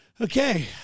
Okay